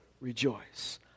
rejoice